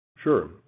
Sure